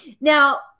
now